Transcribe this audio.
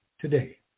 today